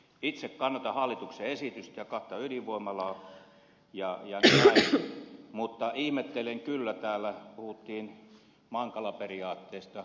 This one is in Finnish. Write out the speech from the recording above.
itse kannatan hallituksen esitystä ja kahta ydinvoimalaa mutta ihmettelen kyllä kun täällä puhuttiin mankala periaatteesta